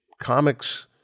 comics